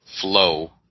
flow